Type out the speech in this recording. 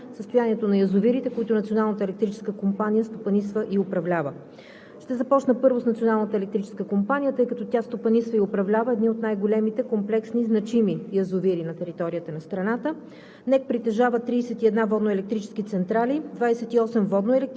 кратка информация, свързана със състоянието на електроенергийната система на страната, състоянието на язовирите, които Националната електрическа компания стопанисва и управлява. Ще започна първо с Националната електрическа компания, тъй като тя стопанисва и управлява едни от най-големите комплексни, значими язовири на територията на страната.